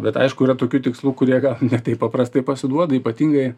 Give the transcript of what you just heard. bet aišku yra tokių tikslų kurie gal ne taip paprastai pasiduoda ypatingai